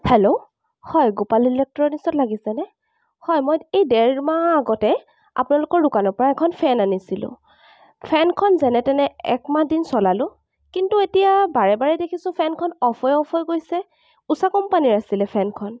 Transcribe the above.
hello হয় গোপাল ইলেক্ট্ৰনিকছত লাগিছেনে হয় মই এই ডেৰ মাহ আগতে আপোনালোকৰ দোকানৰ পৰা এখন ফেন আনিছিলো ফেনখন যেনে তেনে এক মাহ দিন চলালো কিন্তু এতিয়া বাৰে বাৰে দেখিছো ফেনখন অ'ফ হৈ অ'ফ হৈ গৈছে উছা কোম্পানীৰ আছিলে ফেনখন